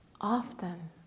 often